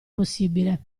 possibile